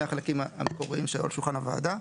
החלקים המקוריים שהיו על שולחן הוועדה.